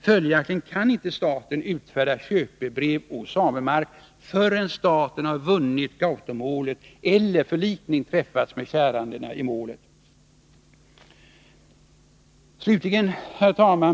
Följaktligen kan staten inte utfärda köpebrev å samemark förrän staten har vunnit Gautomålet eller förlikning träffats med kärandena i målet.